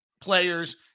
players